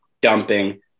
dumping